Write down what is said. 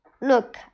Look